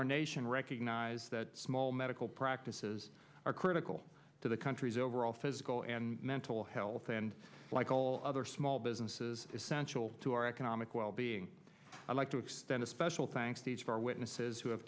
our nation recognize that small medical practices are critical to the country's overall physical and mental health and like all other small businesses essential to our economic wellbeing i'd like to extend a special thanks to each of our witnesses who have